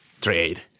trade